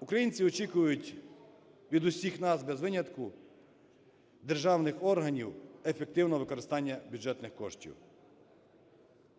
Українці очікують від усіх нас, без винятку, державних органів ефективного використання бюджетних коштів.